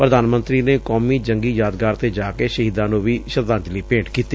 ਪ੍ਰਧਾਨ ਮੰਤਰੀ ਨੇ ਕੌਮੀ ਜੰਗੀ ਯਾਦਗਾਰ ਤੇ ਜਾ ਕੇ ਸ਼ਹੀਦਾਂ ਨੂੰ ਵੀ ਸ਼ਰਧਾਂਜਲੀ ਭੇਂਟ ਕੀਤੀ